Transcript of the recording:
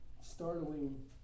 startling